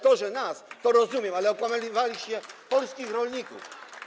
To, że nas, to rozumiem, ale okłamywaliście polskich rolników.